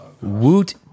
Woot